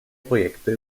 projekte